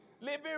living